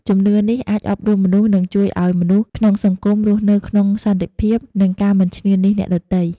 ជំនឿនេះអាចអប់រំមនុស្ស និងជួយឲ្យមនុស្សក្នុងសង្គមរស់នៅក្នុងសន្តិភាព និងការមិនឈ្នានីសអ្នកដទៃ។